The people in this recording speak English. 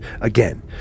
again